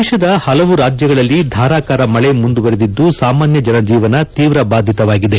ದೇಶದ ಹಲವು ರಾಜ್ಯಗಳಲ್ಲಿ ಧಾರಾಕಾರ ಮಳೆ ಮುಂದುವರೆದಿದ್ದು ಸಾಮಾನ್ಯ ಜನಜೀವನ ತೀವ್ರ ಬಾಧಿತವಾಗಿದೆ